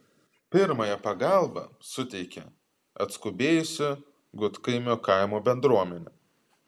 pirmąją pagalbą suteikė atskubėjusi gudkaimio kaimo bendruomenė